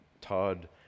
Todd